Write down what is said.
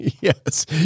Yes